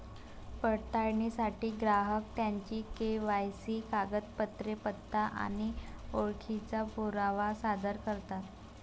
पडताळणीसाठी ग्राहक त्यांची के.वाय.सी कागदपत्रे, पत्ता आणि ओळखीचा पुरावा सादर करतात